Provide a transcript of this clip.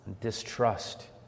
distrust